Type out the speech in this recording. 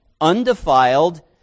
undefiled